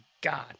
God